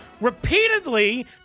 repeatedly